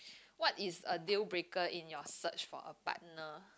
what is a deal breaker in your search for a partner